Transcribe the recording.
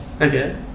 Okay